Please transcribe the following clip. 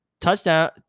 touchdown